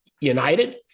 united